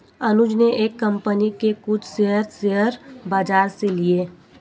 अनुज ने एक कंपनी के कुछ शेयर, शेयर बाजार से लिए